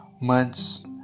months